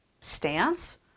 stance